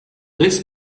this